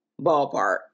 ballpark